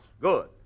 Good